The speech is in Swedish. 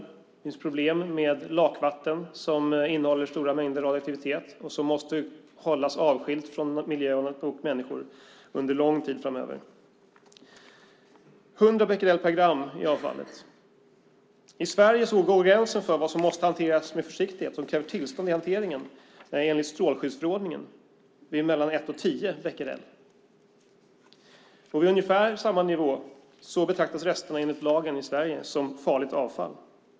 Det finns problem med lakvatten som innehåller stora mängder radioaktivitet och som måste hållas avskilt från människor och miljö under lång tid framöver. Avfallet innehåller 100 becquerel per gram. I Sverige går gränsen för vad som måste hanteras med försiktighet, det vill säga kräver tillstånd vid hanteringen, enligt strålskyddsförordningen vid 1-10 becquerel. Vid ungefär samma nivå betraktas resterna enligt lagen i Sverige som farligt avfall.